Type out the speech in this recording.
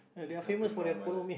something normal